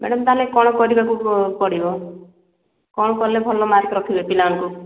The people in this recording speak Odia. ମ୍ୟାଡାମ୍ ତାହାଲେ କ'ଣ କରିବାକୁ ପଡ଼ିବ କ'ଣ କଲେ ଭଲ ମାର୍କ ରଖିଲେ ପିଲାମାନଙ୍କୁ